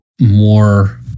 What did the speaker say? more